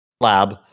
lab